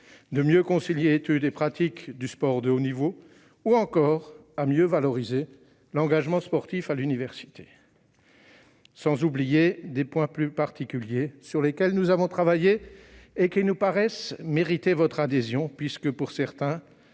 à mieux concilier études et pratique du sport de haut niveau ou encore à mieux valoriser l'engagement sportif à l'université. Je ne saurais oublier de mentionner des points plus particuliers sur lesquels nous avons travaillé et qui nous paraissent mériter votre adhésion, madame la